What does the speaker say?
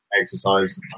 exercise